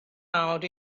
out